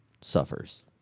suffers